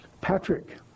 Patrick